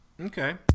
Okay